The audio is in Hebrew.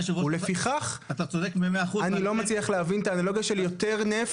ולפיכך אני לא מצליח להבין את האנלוגיה של "יותר נפט,